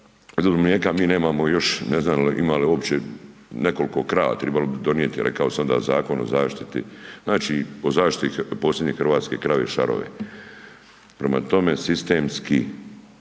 mlijeka, mi nemamo još ne znam ima li uopće nekol'ko krava, tribalo bi donijeti, rekao sam da Zakon o zaštiti, znači o zaštiti posebnih hrvatskih krave .../Govornik se